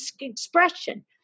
expression